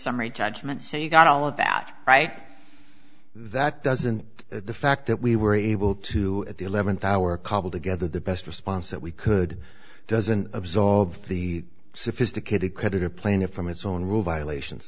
so you got all of that right that doesn't the fact that we were able to at the eleventh hour cobble together the best response that we could doesn't absolve the sophisticated creditor plaintiff from its own rule violations